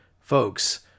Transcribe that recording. folks